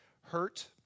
hurt